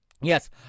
Yes